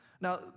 Now